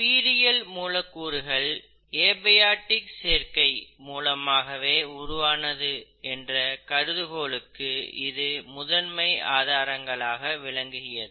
உயிரியல் மூலக்கூறுகள் ஏபயாடிக் சேர்க்கை மூலமாகவே உருவானது என்ற கருதுகோளுக்கு இது முதன்மை ஆதாரங்களாக விளங்கியது